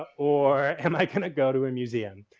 or am i kind of go to a museum?